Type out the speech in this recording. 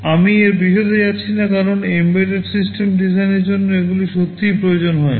আমি এর বিশদে যাচ্ছি না কারণ এমবেডেড সিস্টেম ডিজাইনের জন্য এগুলি সত্যই প্রয়োজন হয় না